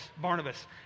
Barnabas